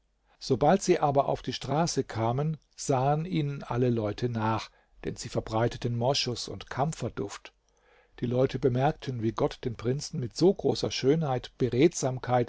sobald sie aber auf die straße kamen sahen ihnen alle leute nach denn sie verbreiteten moschus und kampferduft die leute bemerkten wie gott den prinzen mit so großer schönheit